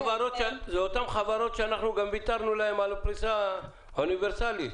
חברות שגם ויתרנו להן על הפריסה האוניברסלית.